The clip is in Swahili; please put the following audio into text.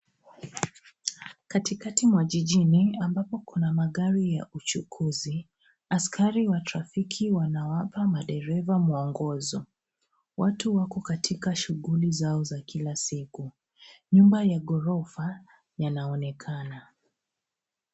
Katikati mwa jijini ambapo kuna magari ya uchukuzi. Askari wa trafiki wanawapa madereva muongozo. Watu wako katika shughuli zao za kila siku. Nyumba ya ghorofa yanaonekana.